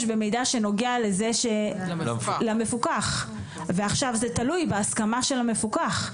במידע שנוגע למפוקח ועכשיו זה תלוי בהסכמה של המפוקח.